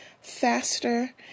faster